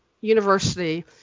university